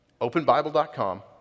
Openbible.com